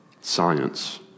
science